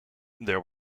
there